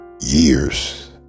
years